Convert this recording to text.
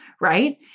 right